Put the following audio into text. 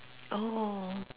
oh